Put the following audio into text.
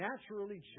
naturally